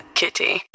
kitty